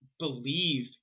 Believe